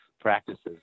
practices